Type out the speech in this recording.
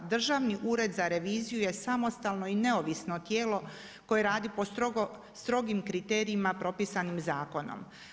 Držani ured za reviziju, je samostalno i neovisno tijelo koje radi po strogim kriterijima propisanih zakonom.